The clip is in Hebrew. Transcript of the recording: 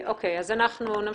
אנחנו נמשיך,